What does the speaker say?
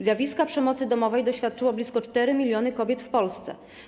Zjawiska przemocy domowej doświadczyło blisko 4 mln kobiet w Polsce.